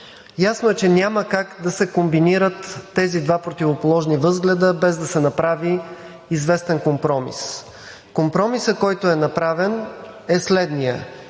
Ясно е, че няма как да се комбинират тези два противоположни възгледа, без да се направи известен компромис. Компромисът, който е направен, е следният.